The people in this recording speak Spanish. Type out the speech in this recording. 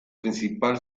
principal